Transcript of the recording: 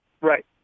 Right